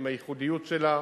עם הייחודיות שלה,